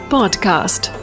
Podcast